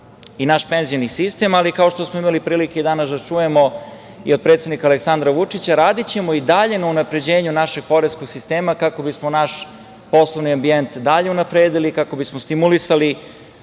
i naš penzioni sistem. Ali, kao što smo imali prilike danas da čujemo i od predsednika Aleksandra Vučića, radićemo i dalje na unapređenju našeg poreskog sistema, kako bismo naš poslovni ambijent dalje unapredili i kako bismo stimulisali